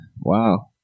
Wow